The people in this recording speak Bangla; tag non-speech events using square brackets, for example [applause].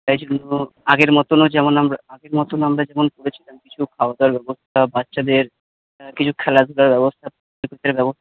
তাই জন্য আগের মতনও যেমন আমরা আগের মতনও আমরা যেমন করেছিলাম কিছু খাওয়াদাওয়ার ব্যবস্থা বাচ্চাদের কিছু খেলাধুলার ব্যবস্থা [unintelligible] ব্যবস্থা